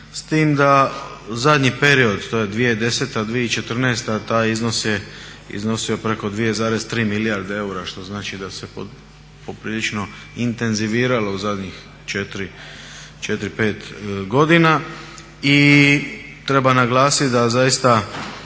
S time da, zadnji period, to je 2010., 2014. taj iznos je iznosio preko 2,3 milijarde eura što znači da se poprilično intenziviralo u zadnjih 4, 5 godina. I treba naglasit da zaista